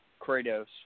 kratos